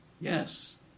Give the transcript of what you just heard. yes